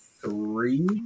three